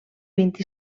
vint